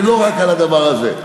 ולא רק על הדבר הזה.